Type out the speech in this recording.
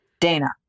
Dana